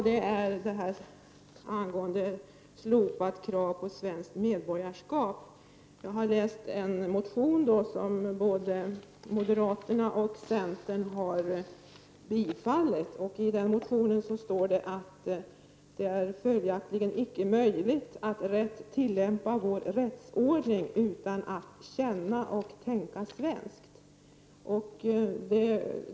Det gäller slopat krav på svenskt medborgarskap. Jag har läst en motion som både moderaterna och centern har tillstyrkt. I motionen står att det följaktligen icke är möjligt att tillämpa vår rättsordning utan att känna och tänka svenskt.